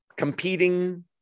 Competing